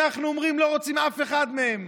אנחנו אומרים, לא רוצים אף אחד מהם.